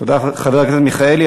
תודה לחבר הכנסת מיכאלי.